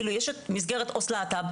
כאילו יש את מסגרת עו"ס ללהט"ב,